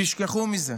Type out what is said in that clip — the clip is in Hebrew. תשכחו מזה.